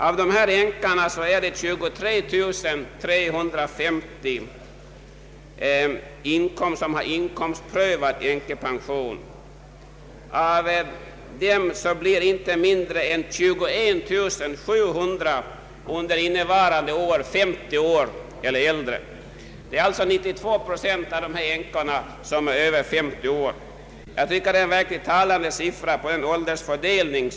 Av dessa änkor har 23 350 inkomstprövad änkepension. Inte mindre än 21700 av dessa uppnår under innevarande år 50 års ålder eller mera. Det är alltså 92 procent av dessa änkor som är över 50 år, vilket jag tycker är en verkligt talande siffra på deras ål dersfördelning.